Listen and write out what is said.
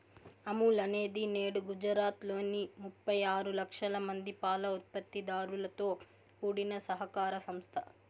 అమూల్ అనేది నేడు గుజరాత్ లోని ముప్పై ఆరు లక్షల మంది పాల ఉత్పత్తి దారులతో కూడిన సహకార సంస్థ